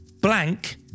Blank